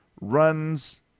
runs